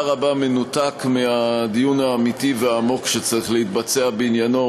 רבה מנותק מהדיון האמיתי והעמוק שצריך להתבצע בעניינו.